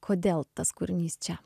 kodėl tas kūrinys čia